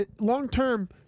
long-term